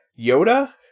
Yoda